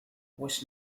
was